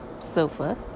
sofa